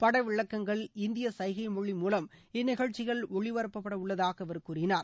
படவிளக்கங்கள் இந்திய சசைகை மொழி மூலம் இந்நிகழ்ச்சிகள் ஒளிபரப்பட உள்ளதாக அவர் கூறினார்